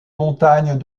montagne